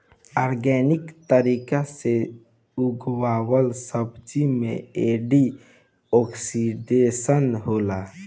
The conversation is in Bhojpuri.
ऑर्गेनिक तरीका से उगावल सब्जी में एंटी ओक्सिडेंट होला